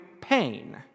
pain